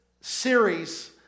series